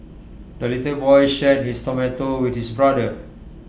the little boy shared his tomato with his brother